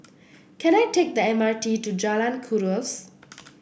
can I take the M R T to Jalan Kuras